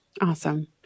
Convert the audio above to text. Awesome